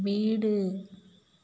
வீடு